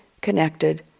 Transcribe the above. connected